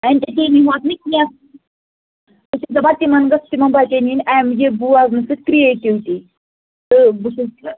ایٚنٹرٹینٕے ہوت نہٕ کیٚنٛہہ أسۍ ٲسۍ دَپان تِمَن گٔژھ تِمَن بَچن یِنۍ اَمہِ یہِ بوزنہٕ سۭتۍ کِرٛیٹِوٹی تہٕ بہٕ چھیٚس